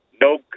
no